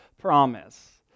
promise